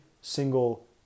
single